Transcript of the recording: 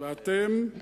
ואתם שותקים.